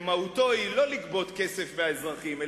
שמהותו היא לא גביית כסף מהאזרחים,